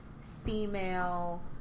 female